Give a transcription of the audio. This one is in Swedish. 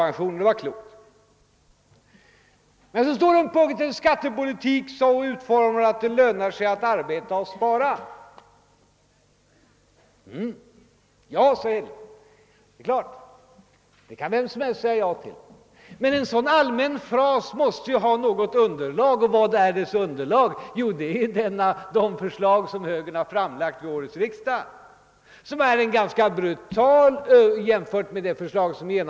Men så finns det en punkt där det talas om en skattepolitik så utformad, att det lönar sig att arbeta och spara. Detta kan vem som helst säga ja till, men en sådan allmän fras måste ju ha något underlag. Och vad är det för underlag? Jo, det är det förslag som högern framlagt vid årets riksdag och som är ganska brutalt jämfört med det förslag som är antaget.